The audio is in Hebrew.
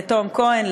לתום כהן,